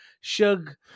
Shug